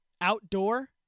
outdoor